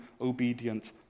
obedient